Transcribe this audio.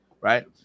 right